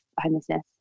homelessness